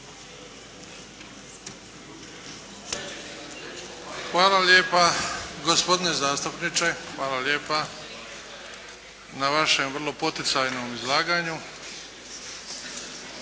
Hvala lijepa. Gospodine zastupniče, hvala lijepa na vašem vrlo poticajnom izlaganju.